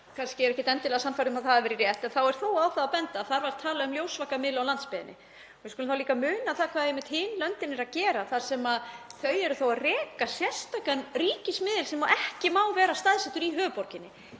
kannski ekkert endilega sannfærð um að það hafi verið rétt er þó á það að benda að þar var talað um ljósvakamiðla á landsbyggðinni. Við skulum þá líka muna hvað einmitt hin löndin eru að gera þar sem þau eru þó að reka sérstakan ríkismiðil sem ekki má vera staðsettur í höfuðborginni,